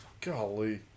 Golly